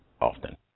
often